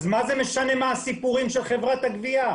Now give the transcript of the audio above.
מה משנה מה הסיפורים של חברת הגבייה?